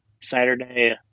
Saturday